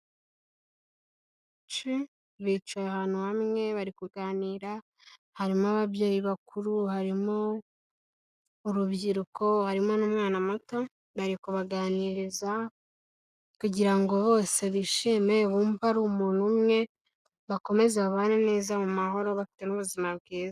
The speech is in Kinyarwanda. Abantu benshi bicaye ahantu hamwe bari kuganira, harimo ababyeyi bakuru, harimo urubyiruko, harimo n'umwana muto. Bari kubaganiriza kugira ngo bose bishime bumva ari umuntu umwe bakomeze babane neza mu mahoro bafite n'ubuzima bwiza.